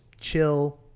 chill